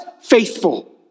faithful